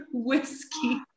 whiskey